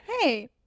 Hey